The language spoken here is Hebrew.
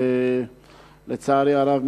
ולצערי הרב,